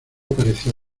parecía